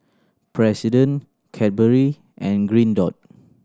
President Cadbury and Green Dot